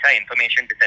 information